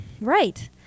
Right